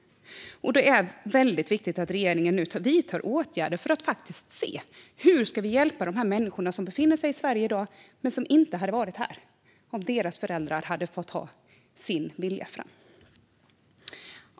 Det är väldigt viktigt att regeringen nu vidtar åtgärder för att se hur vi ska hjälpa de människor som befinner sig i Sverige i dag men som inte hade varit här om deras föräldrar hade fått sin vilja fram.